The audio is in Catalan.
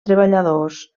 treballadors